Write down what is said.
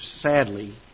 sadly